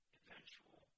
eventual